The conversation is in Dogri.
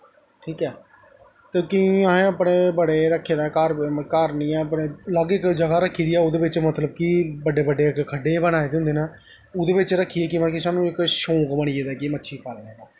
ठीक ऐ ते केईं असें अपने बड़े रक्खे दा ऐ घर घर निं ऐ अलग गै जगह् रक्खी दी ऐ ओह्दे बिच्च मतलब कि बड्डे बड्डे खड्डे बनाए जेह् होंदे न ओह्दे बिच्च रक्खियै केह् ऐ कि सानूं इक शौंक बनी गेदा कि मच्छी पालने दा